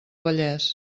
vallès